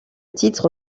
titre